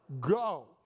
Go